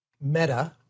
Meta